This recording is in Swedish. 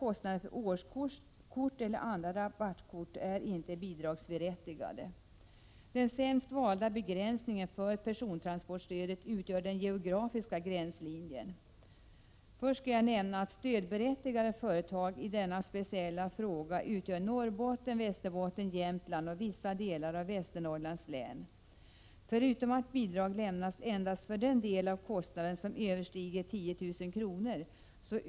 Kostnader för årskort eller andra rabattkort är inte bidragsberättigade. Den sämst valda begränsningen för persontransportstödet är den geografiska gränslinjen. Först skall jag nämna att stödberättigade företag i denna speciella fråga skall ligga i Norrbotten, Västerbotten, Jämtland och vissa delar av Västernorrlands län. Förutom att bidrag lämnas endast för den del av kostnaderna som överstiger 10 000 kr.